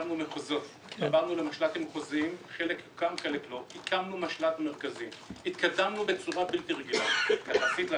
שנענית לבקשת חברי הכנסת לקיים את הדיון החשוב הזה על נזקי השיטפונות